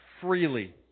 freely